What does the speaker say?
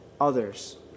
others